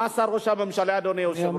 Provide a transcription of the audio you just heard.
מה עשה ראש הממשלה, אדוני היושב-ראש?